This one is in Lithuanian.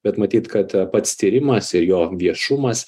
bet matyt kad pats tyrimas ir jo viešumas